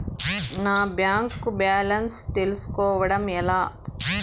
నా bank balance తెలుస్కోవడం ఎలా?